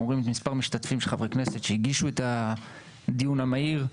אנחנו רואים את מספר חברי הכנסת שהגישו את הבקשה לדיון המהיר.